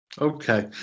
Okay